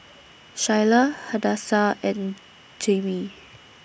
Shyla Hadassah and Jaimie